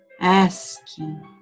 asking